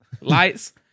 lights